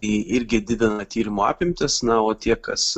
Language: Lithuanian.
į irgi didina tyrimo apimtis na o tie kas